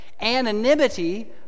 Anonymity